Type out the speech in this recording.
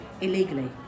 illegally